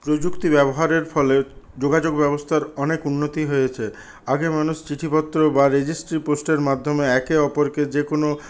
প্রযুক্তি ব্যবহারের ফলে যোগাযোগ ব্যবস্থার অনেক উন্নতি হয়েছে আগে মানুষ চিঠিপত্র বা রেজিস্ট্রি পোস্টের মাধ্যমে একে অপরকে যেকোনো